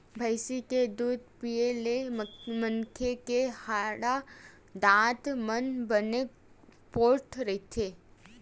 भइसी के दूद पीए ले मनखे के हाड़ा, दांत मन बने पोठ रहिथे